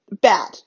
bad